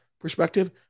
perspective